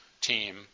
team